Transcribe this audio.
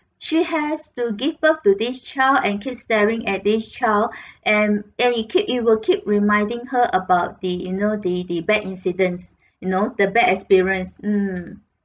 she has to give birth to this child and keep staring at this child and and it keep it will keep reminding her about the you know the the the bad incidents you know the bad experience mm